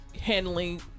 handling